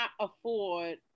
afford